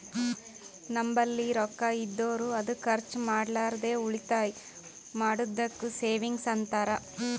ನಂಬಲ್ಲಿ ರೊಕ್ಕಾ ಇದ್ದುರ್ ಅದು ಖರ್ಚ ಮಾಡ್ಲಾರ್ದೆ ಉಳಿತಾಯ್ ಮಾಡದ್ದುಕ್ ಸೇವಿಂಗ್ಸ್ ಅಂತಾರ